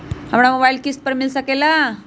हमरा मोबाइल किस्त पर मिल सकेला?